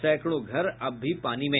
सैंकड़ों घर अब भी पानी में